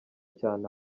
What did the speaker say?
cyane